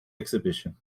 exhibition